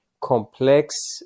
complex